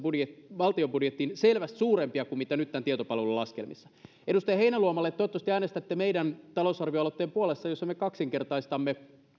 valtion budjettiin selvästi suurempia kuin mitä nyt tämän tietopalvelun laskelmissa edustaja heinäluomalle toivottavasti äänestätte meidän talousarvioaloitteen puolesta jossa me kaksinkertaistamme